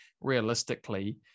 realistically